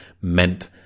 meant